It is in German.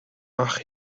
ach